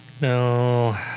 No